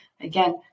again